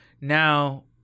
now